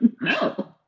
No